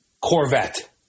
Corvette